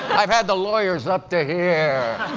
i've had the lawyers up to here.